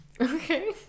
Okay